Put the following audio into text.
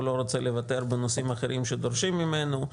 לא רוצה לוותר בנושאים אחרים שדורשים ממנו.